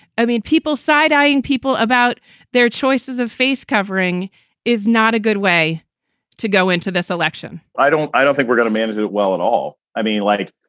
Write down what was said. i mean, people side i ask and people about their choices of face covering is not a good way to go into this election i don't i don't think we're gonna manage it well at all. i mean, like,